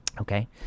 Okay